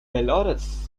belarus